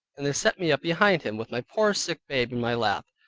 and they set me up behind him, with my poor sick babe in my lap.